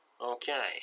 Okay